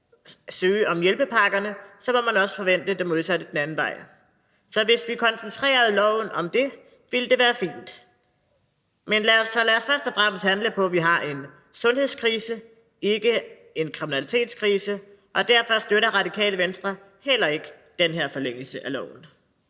søge om hjælpepakkerne, må man også forvente det modsatte den anden vej. Så hvis vi koncentrerede loven om det, ville det være fint. Men lad os først og fremmest handle på, at vi har en sundhedskrise, ikke en kriminalitetskrise. Derfor støtter Radikale Venstre heller ikke den her forlængelse af loven.